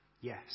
Yes